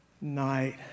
night